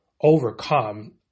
overcome